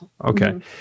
okay